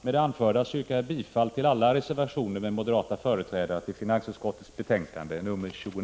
Med det anförda yrkar jag bifall till alla de reservationer vid finansutskottets betänkande nr 29 som moderata företrädare står bakom.